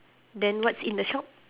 then what's in the shop